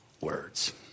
words